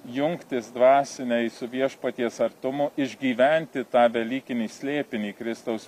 jungtis dvasinei su viešpaties artumu išgyventi tą velykinį slėpinį kristaus